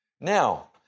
Now